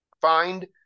find